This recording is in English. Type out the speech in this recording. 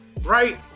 right